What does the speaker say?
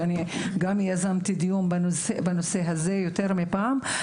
ואני גם יזמתי דיון בנושא הזה יותר מפעם,